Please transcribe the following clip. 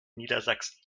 niedersachsen